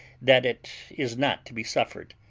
that it is not to be suffered.